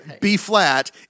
B-flat